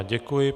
Děkuji.